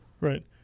right